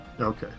okay